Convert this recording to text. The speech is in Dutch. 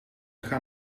gaan